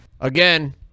again